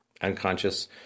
unconscious